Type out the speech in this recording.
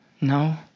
No